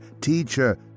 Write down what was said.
Teacher